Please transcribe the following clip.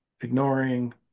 ignoring